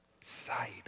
Side